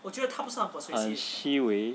很虚伪